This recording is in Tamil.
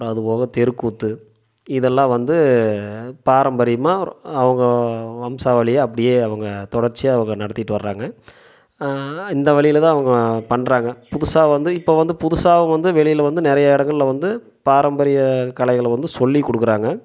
அது போக தெருக்கூத்து இதெல்லாம் வந்து பாரம்பரியமாக அவங்க வம்சா வழியே அப்படியே அவங்க தொடர்ச்சியாக அவங்க நடத்திட்டு வர்றாங்க இந்த வழியில் தான் அவங்க பண்ணுறாங்க புதுசாக வந்து இப்போது வந்து புதுசாக அவங்க வந்து வெளியில் வந்து நெறையா இடங்கள்ல வந்து பாரம்பரிய கலைகளை வந்து சொல்லிக் கொடுக்குறாங்க